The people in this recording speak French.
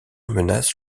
menace